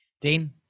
Dean